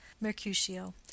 mercutio